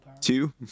Two